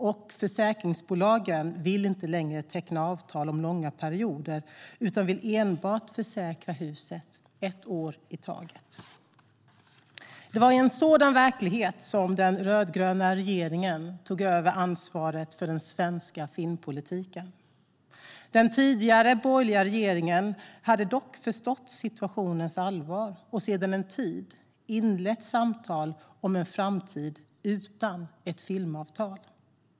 Och försäkringsbolagen vill inte längre teckna avtal om långa perioder utan vill enbart försäkra huset ett år i taget. Det var i en sådan verklighet som den rödgröna regeringen tog över ansvaret för den svenska filmpolitiken. Den tidigare borgerliga regeringen hade dock förstått situationens allvar och sedan en tid inlett samtal om en framtid utan ett filmavtal.